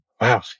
Wow